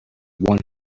one